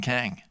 Kang